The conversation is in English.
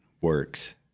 works